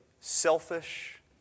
selfish